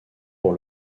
pour